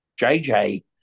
JJ